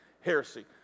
heresy